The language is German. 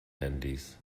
handys